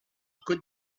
côte